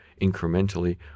incrementally